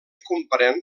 comprèn